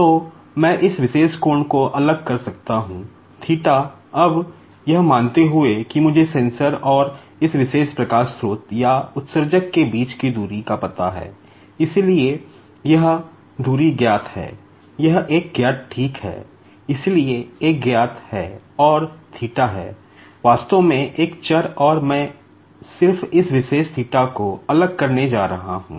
तो मैं इस विशेष कोण को अलग कर सकता हूं अब यह मानते हुए कि मुझे सेंसर और इस विशेष प्रकाश स्रोत या उत्सर्जक के बीच की दूरी का पता है इसलिए यह दूरी ज्ञात है यह एक ज्ञात ठीक है इसलिए एक ज्ञात है और है वास्तव में एक चर और मैं सिर्फ इस विशेष को अलग करने जा रहा हूं